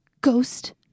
Ghost